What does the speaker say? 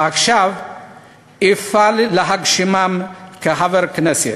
ועכשיו אפעל להגשימם כחבר כנסת: